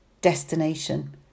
destination